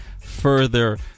further